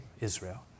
Israel